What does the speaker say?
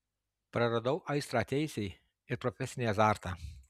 praradau aistrą teisei ir profesinį azartą